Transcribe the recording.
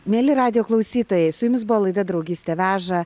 mieli radijo klausytojai su jumis buvo laida draugystė veža